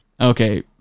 Okay